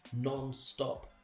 non-stop